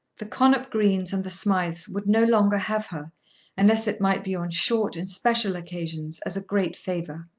the connop greens and the smijths would no longer have her unless it might be on short and special occasions, as a great favour.